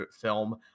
film